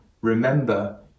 Remember